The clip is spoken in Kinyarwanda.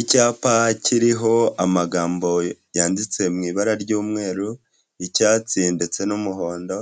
Icyapa kiriho amagambo yanditse mu ibara ry'umweru, icyatsi ndetse n'umuhondo,